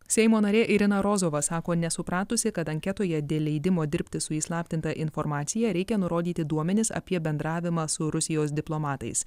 seimo narė irina rozova sako nesupratusi kad anketoje dėl leidimo dirbti su įslaptinta informacija reikia nurodyti duomenis apie bendravimą su rusijos diplomatais